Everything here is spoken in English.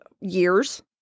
Years